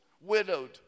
widowed